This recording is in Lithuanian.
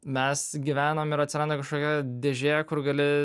mes gyvenom ir atsiranda kažkokia dėžė kur gali